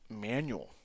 manual